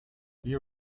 you